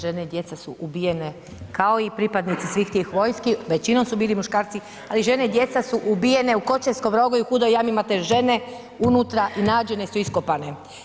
Žene i djeca su ubijene, kao i pripadnici svih tih vojski, većinom su bili muškarci, ali žene i djeca su ubijene u Kočevskom Rogu i Hudoj Jami, imate žene unutra i nađene su iskopane.